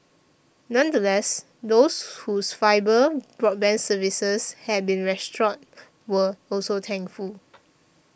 nonetheless those whose fibre broadband services had been restored were also thankful